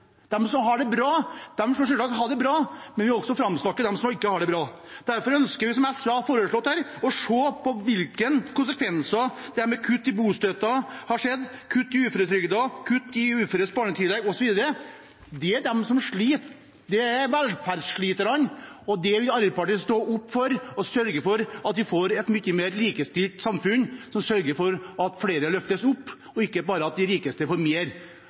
som har det bra, skal selvsagt ha det bra, men vi må også framsnakke dem som ikke har det bra. Derfor ønsker vi, som SV har foreslått, å se på hvilke konsekvenser kutt i bostøtten, som har skjedd, kutt i uføretrygden, kutt i uføres barnetillegg, osv. har. Det er de som sliter, det er velferdssliterne. Arbeiderpartiet vil stå opp for dem og sørge for at vi får et mye mer likestilt samfunn som sørger for at flere løftes opp, og ikke bare at de rikeste får mer.